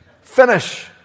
finish